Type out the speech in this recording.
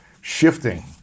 shifting